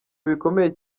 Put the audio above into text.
bikomeye